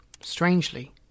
strangely